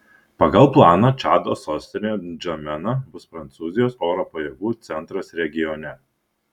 pagal planą čado sostinė ndžamena bus prancūzijos oro pajėgų centras regione